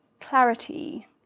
clarity